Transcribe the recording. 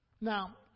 Now